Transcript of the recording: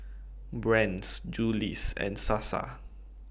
Brand's Julie's and Sasa